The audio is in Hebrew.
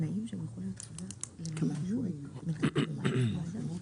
ללקוחות הפרטיים נמצאים בחברה הערבית,